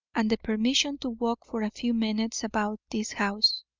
and the permission to walk for a few minutes about this house.